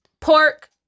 Pork